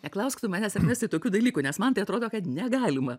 neklausk tu manęs ernestai tokių dalykų nes man tai atrodo kad negalima